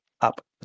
up